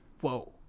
whoa